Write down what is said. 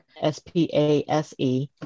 S-P-A-S-E